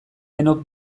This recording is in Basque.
denok